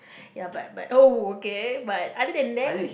ya but but uh okay but other than that